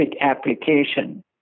application